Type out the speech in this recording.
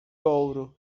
ouro